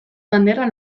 bandera